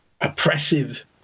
oppressive